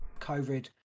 covid